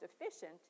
efficient